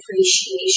appreciation